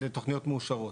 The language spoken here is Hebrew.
תכניות מאושרות.